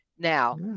Now